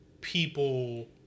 people